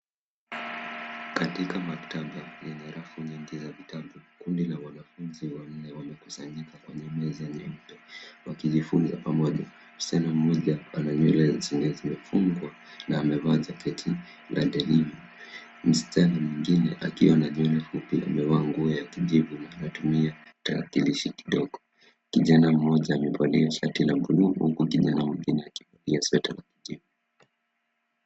Katika maktaba yenye rafu nyingi za vitabu, kundi la wanafunzi wanne wamekusanyika kwenye meza nyeupe wakijifunza pamoja. Mschana mmoja ana nywele zenye zimefungwa na amevaa jaketi la denimu. Mschana mwingine akiwa na nywele fupi amevaa nguo ya kijivu na anatumia tarakilishi kidogo. Kijana mmoja amevalia shati la bluu huku kijana mwingine akivalia sweta la kijivu.